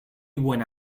buena